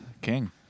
king